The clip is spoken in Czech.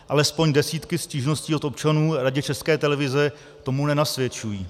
Alespoň desítky stížností od občanů Radě České televize tomu nenasvědčují.